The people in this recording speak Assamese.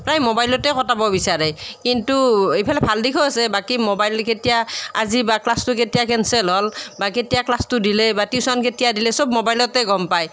প্ৰায় মোবাইলতে কটাব বিচাৰে কিন্তু ইফালে ভাল দিশো আছে বাকী মোবাইলত এতিয়া আজি বা ক্লাছটো কেতিয়া কেঞ্চেল হ'ল বা কেতিয়া ক্লাছটো দিলে বা টিউচন কেতিয়া দিলে সব মোবাইলতে গম পায়